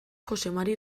joxemari